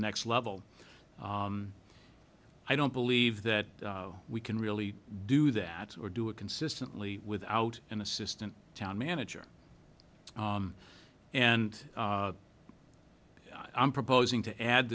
next level i don't believe that we can really do that or do it consistently without an assistant town manager and i'm proposing to add